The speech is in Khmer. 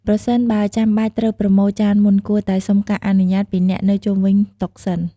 ប្រសិនបើចាំបាច់ត្រូវប្រមូលចានមុន គួរតែសុំការអនុញ្ញាតពីអ្នកនៅជុំវិញតុសិន ។